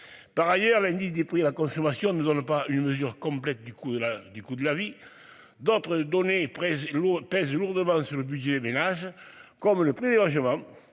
Par ailleurs, l'indice des prix à la consommation ne donne pas une mesure complète. Du coup la du coût de la vie d'autres données lourde pèse lourdement sur le budget des ménages comme le prix. Je vois